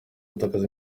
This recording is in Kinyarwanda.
gutakaza